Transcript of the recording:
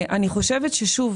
אני חושבת ששוב,